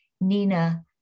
Nina